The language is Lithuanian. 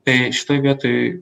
tai šitoj vietoj